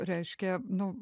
reiškia nu